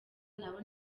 naba